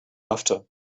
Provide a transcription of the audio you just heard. after